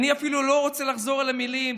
אני אפילו לא רוצה לחזור על המילים,